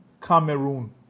Cameroon